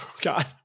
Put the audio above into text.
God